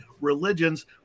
religions